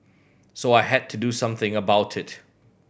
so I had to do something about it